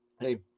Hey